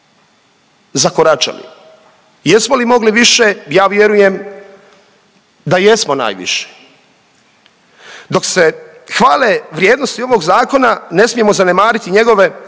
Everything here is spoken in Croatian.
zakoračali? Jesmo li mogli više? Ja vjerujem da jesmo najviše. Dok se hvale vrijednosti ovog zakona ne smijemo zanemariti njegove